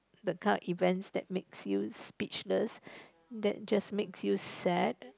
the kind of events that makes you speechless that just make you sad